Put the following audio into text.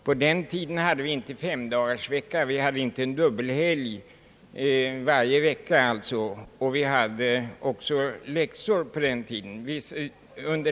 :På den tiden hade vi inte femdagarsvecka med tvådagarsledighet. Vi hade t.o.m. läxor över helgerna.